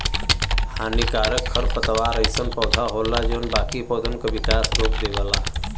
हानिकारक खरपतवार अइसन पौधा होला जौन बाकी पौधन क विकास रोक देवला